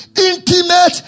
intimate